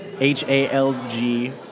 H-A-L-G